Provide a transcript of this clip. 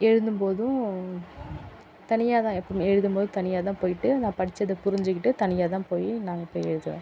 எழுதும்போதும் தனியாகதான் எப்பவுமே எழுதும்போது தனியாகதான் போய்விட்டு அதுதான் படித்தத புரிஞ்சுக்கிட்டு தனியாகதான் போய் நானே போய் எழுதுவேன்